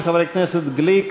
של חבר הכנסת גליק,